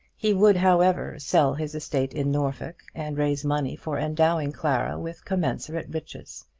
he would, however, sell his estate in norfolk, and raise money for endowing clara with commensurate riches.